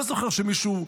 אני לא זוכר שמישהו,